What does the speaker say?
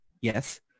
Yes